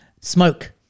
Smoke